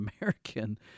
American